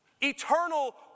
eternal